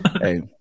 Hey